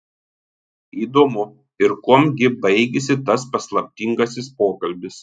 įdomu ir kuom gi baigėsi tas paslaptingasis pokalbis